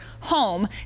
HOME